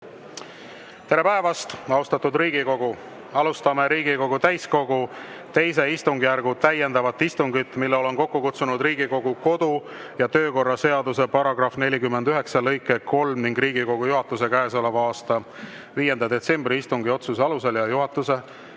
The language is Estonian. Tere päevast, austatud Riigikogu! Alustame Riigikogu täiskogu II istungjärgu täiendavat istungit, mille olen kokku kutsunud Riigikogu kodu‑ ja töökorra seaduse § 49 lõike 3 ning Riigikogu juhatuse käesoleva aasta 5. detsembri istungi otsuse alusel ja juhatuse